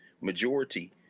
majority